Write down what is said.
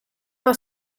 una